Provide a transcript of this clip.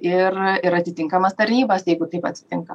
ir ir atitinkamas tarnybas jeigu taip atsitinka